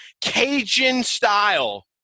Cajun-style